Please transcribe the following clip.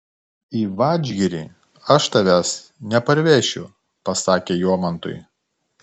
į vadžgirį aš tavęs neparvešiu pasakė jomantui